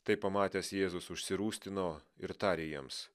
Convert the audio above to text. tai pamatęs jėzus užsirūstino ir tarė jiems